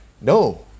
No